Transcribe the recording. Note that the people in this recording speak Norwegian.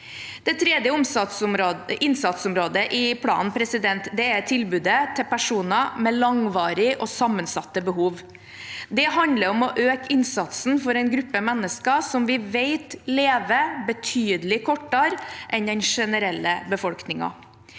Det tredje innsatsområdet i planen er tilbudet til personer med langvarige og sammensatte behov. Det handler om å øke innsatsen for en gruppe mennesker som vi vet lever betydelig kortere enn den generelle befolkningen.